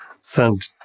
sent